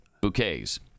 bouquets